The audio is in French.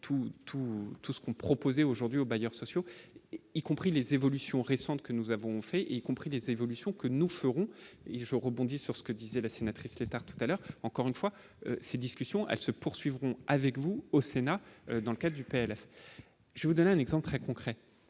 tout ce qu'on proposait aujourd'hui aux bailleurs sociaux, y compris les évolutions récentes que nous avons fait, y compris des évolutions que nous ferons et je rebondis sur ce que disait la sénatrice Létard tout à l'heure, encore une fois, ces discussions, elles se poursuivront avec vous au Sénat dans le cas du PLF, je vous donne un exemple très concret